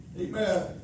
Amen